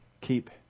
Keep